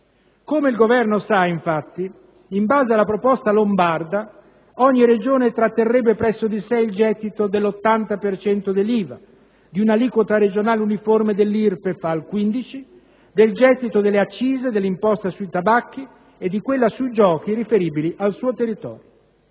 Come il Governo sa, infatti, in base alla proposta lombarda, ogni Regione tratterrebbe presso di sé il gettito dell'80 per cento dell'IVA riscossa, di un'aliquota regionale uniforme dell'IRPEF al 15 per cento, il gettito delle accise, dell'imposta sui tabacchi e di quella sui giochi riferibili al suo territorio.